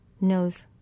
knows